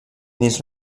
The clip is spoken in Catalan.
dins